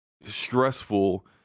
stressful